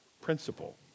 principle